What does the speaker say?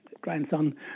grandson